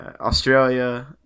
Australia